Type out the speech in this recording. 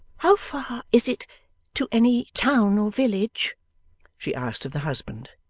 how far is it to any town or village she asked of the husband.